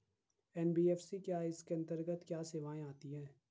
NBFC क्या है इसके अंतर्गत क्या क्या सेवाएँ आती हैं?